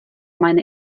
meine